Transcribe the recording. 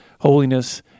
holiness